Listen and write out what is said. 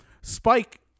Spike